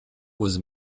was